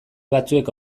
batzuek